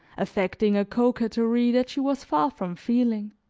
affecting a coquetry that she was far from feeling,